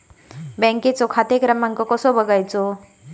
बँकेचो खाते क्रमांक कसो बगायचो?